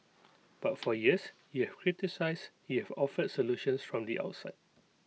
but for years criticised offered solutions from the outside